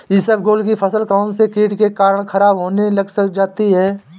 इसबगोल की फसल कौनसे कीट के कारण खराब होने लग जाती है?